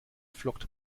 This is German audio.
flockt